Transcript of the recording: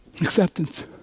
acceptance